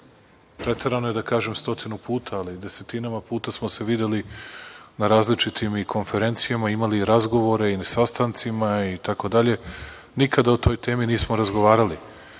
preterano je da kažem stotinu puta, ali desetinama puta smo se videli na različitim i konferencijama, imali razgovore i na sastancima i tako dalje, nikada o toj temi nismo razgovarali. Razgovarali